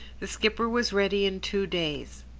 the skipper was ready in two days.